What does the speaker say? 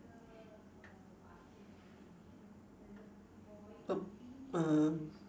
b~ uh